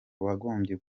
wagombye